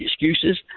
excuses